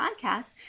podcast